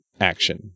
action